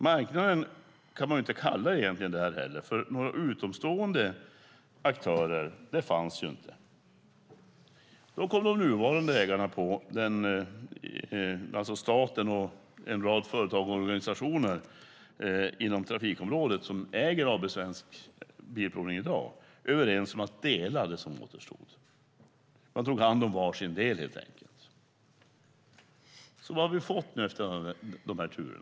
"Marknad" kan man egentligen inte heller kalla det här, för några utomstående aktörer fanns ju inte. Då kom de nuvarande ägarna, alltså staten och en rad företag och organisationer inom trafikområdet som äger AB Svensk bilprovning i dag, överens om att dela det som återstod. Man tog hand om varsin del, helt enkelt. Vad har vi alltså fått efter alla dessa turer?